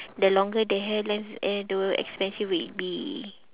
the longer the hair length eh the expensive will be